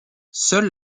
seule